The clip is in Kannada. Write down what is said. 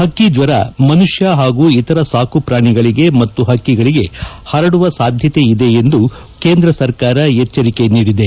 ಹಕ್ಕಿ ಜ್ವರ ಮನುಷ್ಯ ಹಾಗೂ ಇತರ ಸಾಕು ಪ್ರಾಣಿಗಳಿಗೆ ಮತ್ತು ಹಕ್ಕಿಗಳಿಗೆ ಹರಡುವ ಸಾಧ್ಯತೆ ಇದೆ ಎಂದು ಕೇಂದ್ರ ಸರ್ಕಾರ ಎಚ್ಚರಿಕೆ ನೀಡಿದೆ